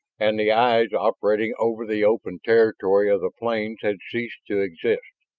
and the eyes operating over the open territory of the plains had ceased to exist.